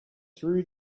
through